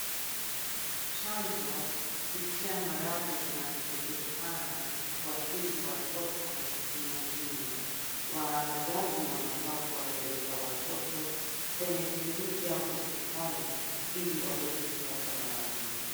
Chanjo kupitia maradhi zinazojulikana kuathiri watoto ni muhimu. Wazazi wanafaa kuwapeleka watoto kwenye kliniki ya hospitali ili waweze kupata dawa hizi.